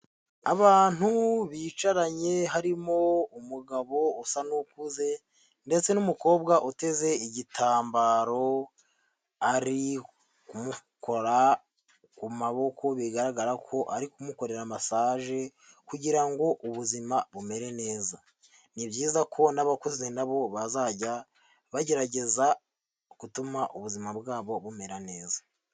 Abantu bicaranye harimo umugabo usa n'ukuze ndetse n'umukobwa uteze igitambaro, ari kumukora ku maboko, bigaragara ko ari kumukorera masaje, kugira ngo ubuzima bumere neza, ni byiza ko n'abakuze nabo bazajya bagerageza gutuma ubuzima bwabo bumera neza.